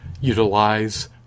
utilize